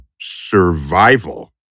survival